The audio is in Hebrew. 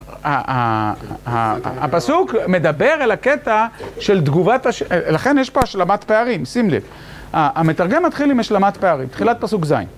הפסוק מדבר על הקטע של תגובת, לכן יש פה השלמת פערים, שים לב. המתרגם מתחיל עם השלמת פערים, תחילת פסוק ז'.